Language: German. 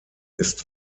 ist